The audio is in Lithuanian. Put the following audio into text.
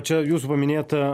čia jūsų paminėta